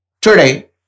Today